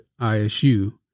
ISU